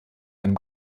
einem